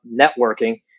networking